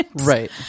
Right